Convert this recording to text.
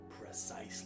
Precisely